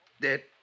dead